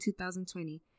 2020